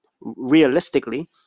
realistically